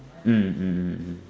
mm mm mm mm mm mm